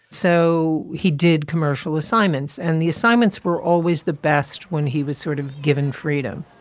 so he did commercial assignments. and the assignments were always the best when he was sort of given freedom